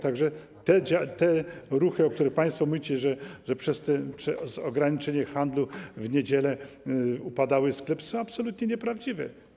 Także te ruchy, o których państwo mówicie, że przez ograniczenie handlu w niedziele upadały sklepy, są absolutnie nieprawdziwe.